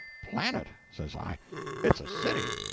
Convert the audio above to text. planet? says i it's a city.